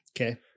okay